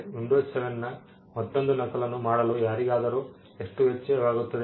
Windows 7 ನ ಮತ್ತೊಂದು ನಕಲನ್ನು ಮಾಡಲು ಯಾರಿಗಾದರೂ ಎಷ್ಟು ವೆಚ್ಚವಾಗುತ್ತದೆ